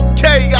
Okay